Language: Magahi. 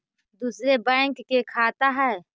दुसरे बैंक के खाता हैं?